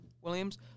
Williams